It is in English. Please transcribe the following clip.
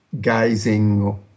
gazing